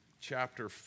chapter